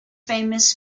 famous